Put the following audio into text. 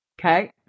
Okay